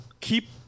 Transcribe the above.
keep